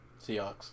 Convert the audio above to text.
Seahawks